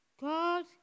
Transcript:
God